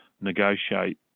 negotiate